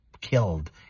killed